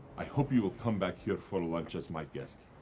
i hope you will come back here for lunch as my guest.